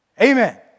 Amen